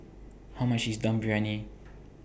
How much IS Dum Briyani